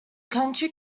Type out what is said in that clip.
county